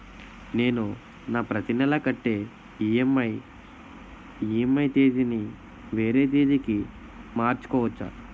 నేను నా ప్రతి నెల కట్టే ఈ.ఎం.ఐ ఈ.ఎం.ఐ తేదీ ని వేరే తేదీ కి మార్చుకోవచ్చా?